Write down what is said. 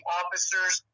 officers